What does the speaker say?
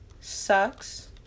sucks